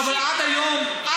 אני